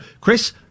Chris